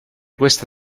questa